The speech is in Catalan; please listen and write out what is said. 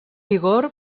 vigor